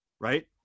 right